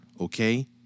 Okay